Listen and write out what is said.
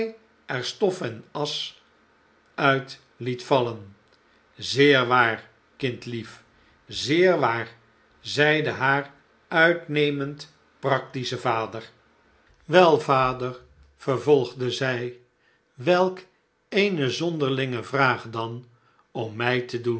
er stof en asch uit het vallen zeer waar kindlief zeer waar zeide haar uitnemend practische vader louisa is genegen den voobslag te aanvaakden wel vader vervolgde zij welk eene zonderlinge vraag dan om m ij te doeri